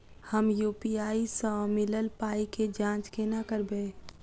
हम यु.पी.आई सअ मिलल पाई केँ जाँच केना करबै?